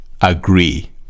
agree